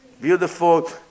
Beautiful